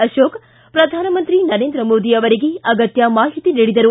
ಅರೋಕ್ ಪ್ರಧಾನಮಂತ್ರಿ ನರೇಂದ್ರ ಮೋದಿ ಅವರಿಗೆ ಅಗತ್ತ ಮಾಹಿತಿ ನೀಡಿದರು